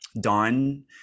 dawn